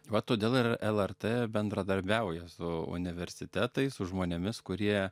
va todėl ir lrt bendradarbiauja su universitetais su žmonėmis kurie